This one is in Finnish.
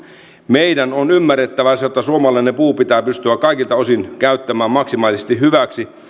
meidän on ymmärrettävä se että suomalainen puu pitää pystyä kaikilta osin käyttämään maksimaalisesti hyväksi